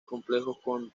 complejos